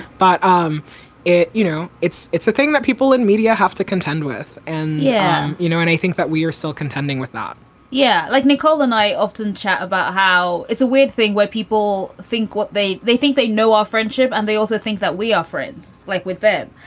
but um it you know, it's it's a thing that people in media have to contend with. and, yeah, you know, and i think that we are still contending with not yeah. like nicole and i often chat about how it's a weird thing, what people think, what they they think they know our ah friendship and they also think that we are friends like with them.